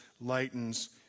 lightens